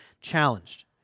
challenged